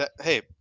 Hey